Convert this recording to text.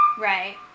Right